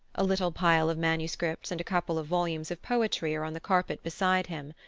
a little pile of manuscripts and a couple of volumes of poetry are on the carpet beside him.